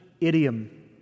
idiom